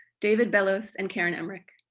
david bellos and karen emmerich.